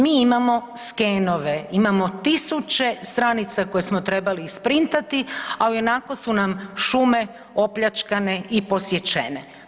Mi imamo skenove, imamo tisuće stranica koje smo trebali isprintati, a ionako su nam šume opljačkane i posječene.